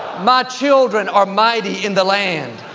my children are mighty in the land.